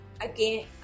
again